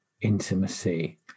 intimacy